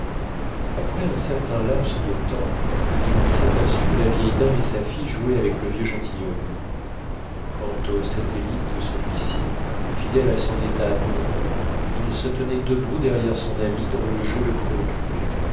après un certain laps de temps il s'aperçut que la vieille dame et sa fille jouaient avec le vieux gentilhomme quant au satellite de celui-ci fidèle à son état d'ombre il se tenait debout derrière son ami dont le jeu le préoccupait